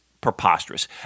preposterous